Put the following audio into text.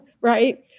right